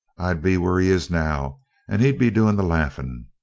i'd be where he is now and he'd be doing the laughing.